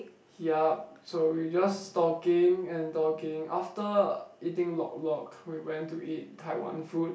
yup so we just talking and talking after eating Lok Lok we went to eat Taiwan food